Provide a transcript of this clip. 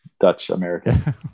Dutch-American